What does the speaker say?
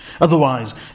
otherwise